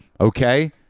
okay